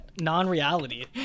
non-reality